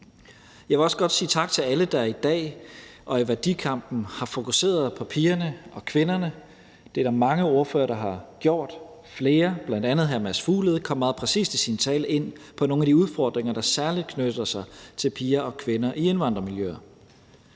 Jeg vil også godt sige tak til alle, der i dag og i værdikampen har fokuseret på pigerne og kvinderne; det er der mange ordførere der har gjort. Flere, bl.a. hr. Mads Fuglede, kom meget præcist i deres tale ind på nogle af de udfordringer, der særlig knytter sig til piger og kvinder i indvandrermiljøer.